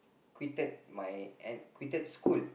quitted my N quitted school